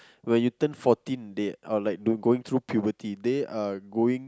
when you turn fourteen they are like they going through puberty they are going